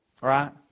Right